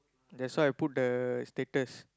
that's why I put the status